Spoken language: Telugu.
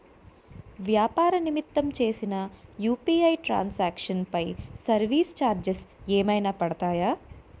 వ్యాపార నిమిత్తం చేసిన యు.పి.ఐ ట్రాన్ సాంక్షన్ పై సర్వీస్ చార్జెస్ ఏమైనా పడతాయా?